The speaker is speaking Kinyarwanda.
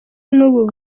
n’ubu